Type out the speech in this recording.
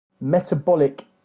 metabolic